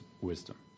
wisdom